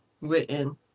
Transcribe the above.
written